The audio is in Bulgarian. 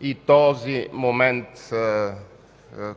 и моментът,